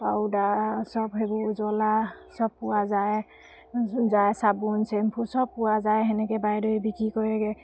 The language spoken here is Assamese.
পাউদাৰ চব সেইবোৰ উজ্বলা চব পোৱা যায় যায় চাবোন চেম্পু চব পোৱা যায় এনেকৈ বাইদেৱে বিক্ৰী কৰেগৈ